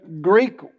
Greek